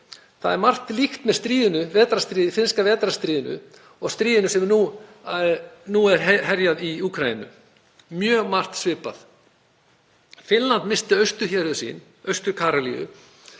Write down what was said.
Það er margt líkt með finnska vetrarstríðinu og stríðinu sem nú er háð í Úkraínu. Mjög margt svipað. Finnland missti austurhéruð sín, Austur-Karelíu,